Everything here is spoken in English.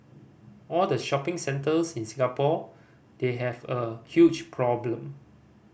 all the shopping centres in Singapore they have a huge problem